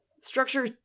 structure